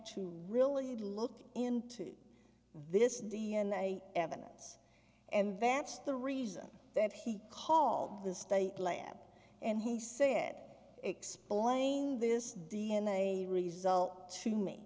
to really look into this d n a evidence and that's the reason that he called the state lab and he said explain this d n a result to me